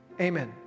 Amen